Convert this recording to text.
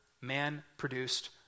man-produced